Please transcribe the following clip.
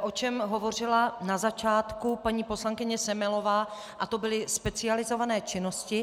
o čem hovořila na začátku paní poslankyně Semelová, a to byly specializované činnosti.